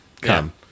come